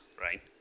right